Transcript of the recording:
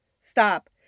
stop